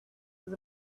was